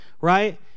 right